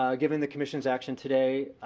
um given the commission's action today,